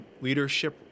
leadership